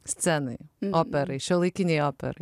scenai operai šiuolaikinei operai